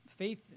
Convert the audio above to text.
faith